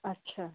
अच्छा